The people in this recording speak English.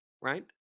right